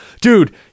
dude